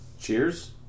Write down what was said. Cheers